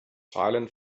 silent